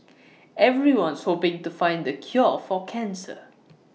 everyone's hoping to find the cure for cancer